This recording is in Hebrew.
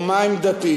או מה עמדתי.